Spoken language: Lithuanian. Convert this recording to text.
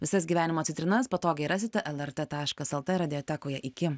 visas gyvenimo citrinas patogiai rasite lrt taškas elte radijotekoje iki